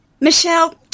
Michelle